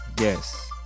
Yes